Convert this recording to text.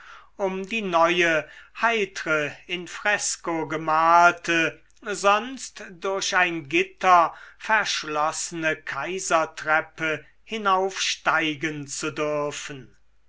um die neue heitre in fresko gemalte sonst durch ein gitter verschlossene kaisertreppe hinaufsteigen zu dürfen